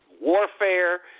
warfare